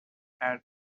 had